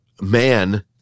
man